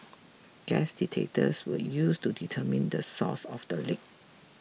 gas detectors were used to determine the source of the leak